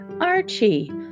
Archie